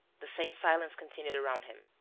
the same silence continued around him,